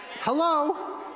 Hello